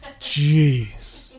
Jeez